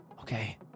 okay